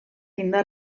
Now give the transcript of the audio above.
indar